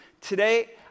Today